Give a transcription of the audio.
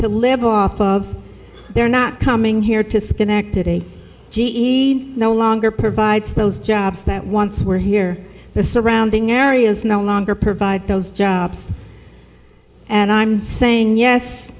to live off of they're not coming here to schenectady no longer provides those jobs that once were here the surrounding areas no longer provide those jobs and i'm saying yes